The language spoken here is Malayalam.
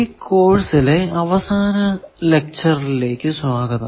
ഈ കോഴ്സിലെ അവസാന ലെക്ച്ചറിലേക്കു സ്വാഗതം